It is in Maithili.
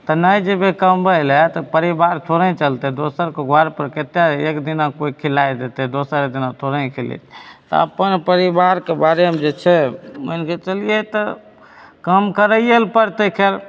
तऽ नहि जेबै कमबै लऽ तऽ परिबार थोड़े ही चलते दोसरके घर पर कतेक एक दिना केओ खिलाए देतै दोसर दिना थोड़े ही खिलैतै तऽ अपन परिबारके बारेमे जे छै मानिके चलियौ तऽ काम करैए लऽ पड़तै खैर